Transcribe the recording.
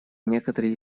некоторые